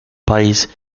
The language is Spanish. país